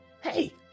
hey